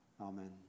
Amen